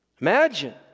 Imagine